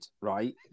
right